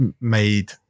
made